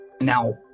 now